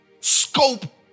scope